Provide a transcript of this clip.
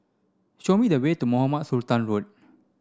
show me the way to Mohamed Sultan Road